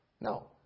No